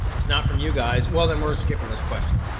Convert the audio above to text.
it's not from you guys. well, then we're skipping this question.